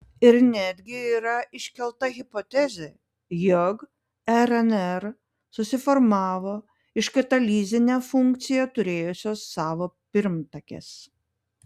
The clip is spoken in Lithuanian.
ir netgi yra iškelta hipotezė jog rnr susiformavo iš katalizinę funkciją turėjusios savo pirmtakės